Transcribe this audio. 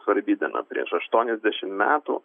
svarbi diena prieš aštuoniasdešimt metų